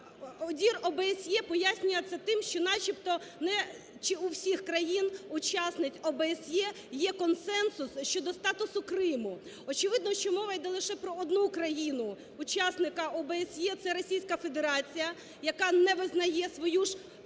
ОДІР/ОБСЄ пояснює це тим, що начебто чи не у всіх країн-учасниць ОБСЄ є консенсус щодо статусу Криму. Очевидно, що мова йде лише про одну країну-учасника ОБСЄ це Російська Федерація, яка не визнає свою ж крадіжку